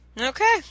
okay